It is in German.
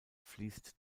fließt